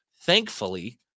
Thankfully